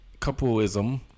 coupleism